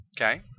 Okay